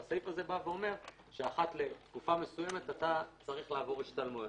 הסעיף הזה אומר שאחת לתקופה מסוימת אתה צריך לעבור השתלמויות.